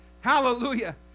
Hallelujah